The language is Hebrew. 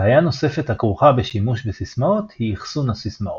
בעיה נוספת הכרוכה בשימוש בסיסמאות היא אחסון הסיסמאות.